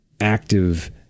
active